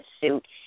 suit